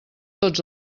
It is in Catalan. tots